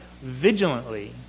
vigilantly